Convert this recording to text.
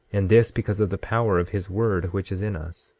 and this because of the power of his word which is in us,